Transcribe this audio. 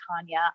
Tanya